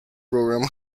program